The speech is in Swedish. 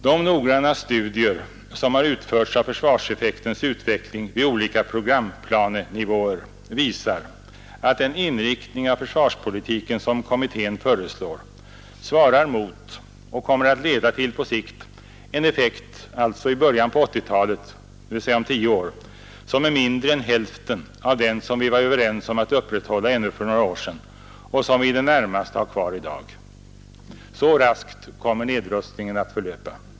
De noggranna studier som har utförts av försvarseffektens utveckling vid olika programplanenivåer visar att den inriktning av försvarspolitiken som utredningen föreslår svarar mot och på sikt kommer att leda till en effekt i början av 1980-talet — alltså om tio år — som är mindre än hälften av den som vi ännu för några år sedan var överens om att upprätthålla och som vi i det närmaste har i dag. Så raskt kommer nedrustningen att förlöpa.